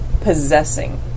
possessing